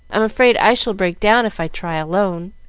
i'm afraid i shall break down if i try alone.